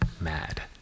mad